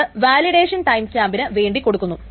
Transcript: അത് വാലിഡേഷൻ ടൈംസ്റ്റാമ്പിന് വേണ്ടി കൊടുക്കുന്നു